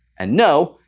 and no!